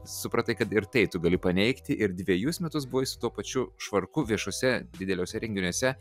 supratai kad ir tai tu gali paneigti ir dvejus metus buvai su tuo pačiu švarku viešuose dideliuose renginiuose